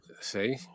See